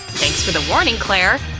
thanks for the warning, claire!